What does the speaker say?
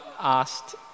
asked